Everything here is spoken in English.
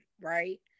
right